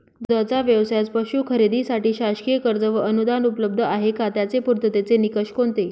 दूधाचा व्यवसायास पशू खरेदीसाठी शासकीय कर्ज व अनुदान उपलब्ध आहे का? त्याचे पूर्ततेचे निकष कोणते?